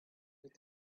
with